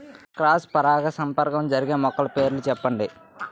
Cross పరాగసంపర్కం జరిగే మొక్కల పేర్లు చెప్పండి?